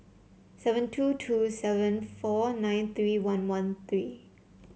seven two two seven four nine three one one three